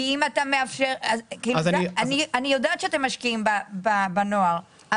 אני יודעת שאתם משקיעים בנוער,